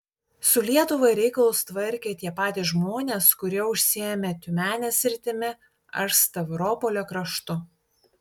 su lietuva reikalus tvarkė tie patys žmonės kurie užsiėmė tiumenės sritimi ar stavropolio kraštu